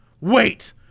Wait